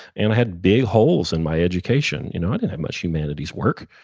and i had big holes in my education. you know i didn't have much humanities work.